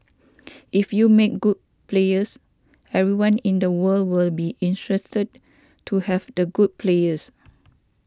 if you make good players everyone in the world will be interested to have the good players